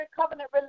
covenant